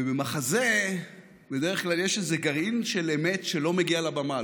ובמחזה בדרך כלל יש איזה גרעין של אמת שלא מגיע לבמה,